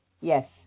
Yes